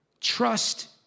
Trust